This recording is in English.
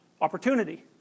opportunity